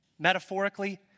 metaphorically